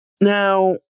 Now